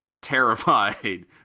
terrified